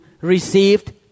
received